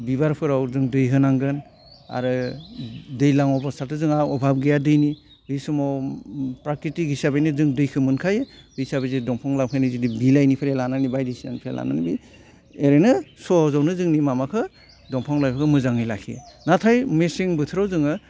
बिबारफोराव जों दै होनांगोन आरो दैलाङाव' जोंहा अभाब गैया दैनि बे समाव प्राकृतिक हिसाबैनो जों दैखौ मोनखायो बे हिसाबै जों दंफां लाइफांनि जुदि बिलाइनिफ्राय लानानै बायदिसिनानिफ्राय लानानै बे ओरैनो सहजावनो जोंनि माबाखौ दंफां लाइफांखौ मोजाङै लाखियो नाथाय मेसें बोथोराव जोङो